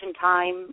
time